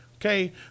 Okay